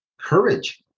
Courage